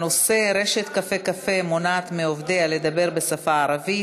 הנושא: רשת "קפה קפה" מונעת מעובדיה לדבר בשפה הערבית,